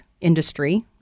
industry